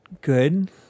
good